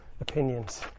Opinions